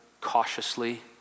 cautiously